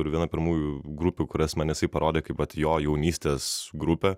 ir viena pirmųjų grupių kurias man jisai parodė kaip vat jo jaunystės grupę